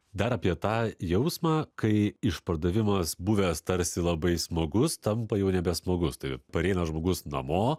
dar apie tą jausmą kai išpardavimas buvęs tarsi labai smagus tampa jau nebesmagus tai pareina žmogus namo